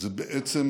זה בעצם